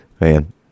Man